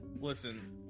listen